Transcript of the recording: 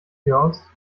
girls